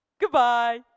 Goodbye